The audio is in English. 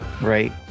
Right